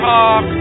Talk